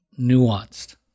nuanced